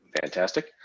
Fantastic